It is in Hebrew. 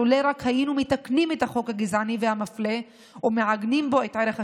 רק היינו מתקנים את החוק הגזעני והמפלה ומעגנים בו את ערך השוויון.